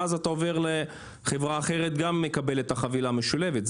ואז אתה עובר לחברה אחרת וגם מקבל את החבילה המשולבת.